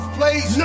place